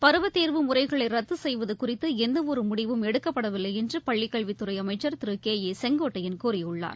பருவதேர்வு முறைகளை ரத்து செய்வது குறித்து எந்தவொரு முடிவும் எடுக்கப்படவில்லை என்று பள்ளிக்கல்வித்துறை அமைச்சர் திரு கே ஏ செங்கோட்டையன் கூறியுள்ளார்